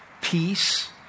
peace